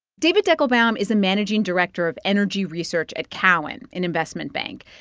david deckelbaum is a managing director of energy research at cowen, an investment bank.